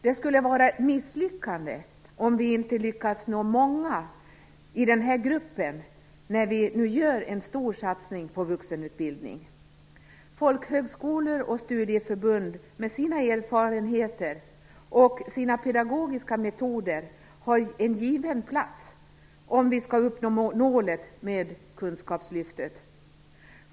Det skulle vara ett misslyckande om vi inte lyckas nå många i den här gruppen när vi nu gör en stor satsning på vuxenutbildning. Folkhögskolor och studieförbund med sina erfarenheter och sina pedagogiska metoder har en given plats om vi skall uppnå målet med Kunskapslyftet.